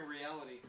reality